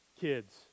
Kids